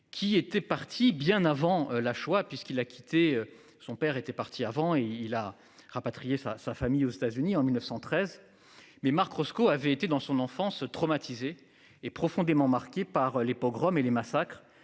qui était partie bien avant la choix puisqu'il a quitté son père était parti avant. Il a rapatrié sa sa famille au stade unis en 1913. Mai marque Roscoe avait été dans son enfance traumatisée et profondément marqué par les pogroms et les massacres